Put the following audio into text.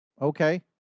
Okay